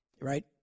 right